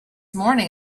morning